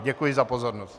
Děkuji za pozornost.